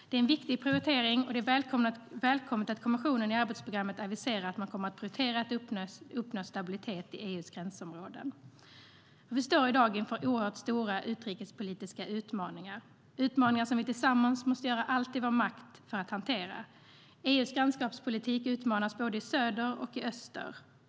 Det är en viktig prioritering, och det är välkommet att kommissionen i arbetsprogrammet aviserar att man kommer att prioritera att uppnå stabilitet i EU:s gränsområden. Vi står i dag inför oerhört stora utrikespolitiska utmaningar - utmaningar som vi tillsammans måste göra allt i vår makt för att hantera. EU:s grannskapspolitik utmanas både i söder och i öster.